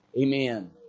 Amen